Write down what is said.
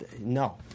No